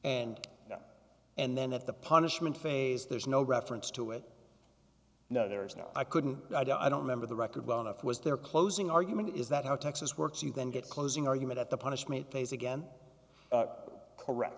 now and then that the punishment phase there's no reference to it no there is no i couldn't i don't i don't remember the record well enough was their closing argument is that how texas works you then get closing argument at the punishment phase again correct